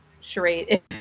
charade